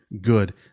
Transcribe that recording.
good